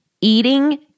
Eating